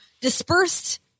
dispersed